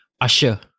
Usher